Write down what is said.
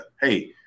hey